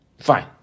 Fine